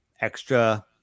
Extra